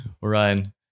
Ryan